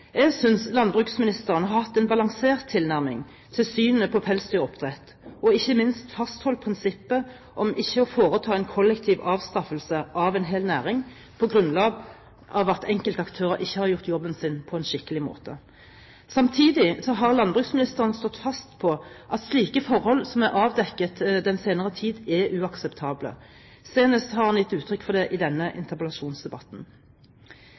Jeg synes landbruksministeren har hatt en balansert tilnærming til synet på pelsdyroppdrett og ikke minst fastholdt prinsippet om ikke å foreta en kollektiv avstraffelse av en hel næring på grunnlag av at enkeltaktører ikke har gjort jobben sin på en skikkelig måte. Samtidig har landbruksministeren stått fast på at slike forhold som er avdekket den senere tid, er uakseptable. Senest har han gitt uttrykk for det i denne